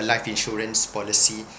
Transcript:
the life insurance policy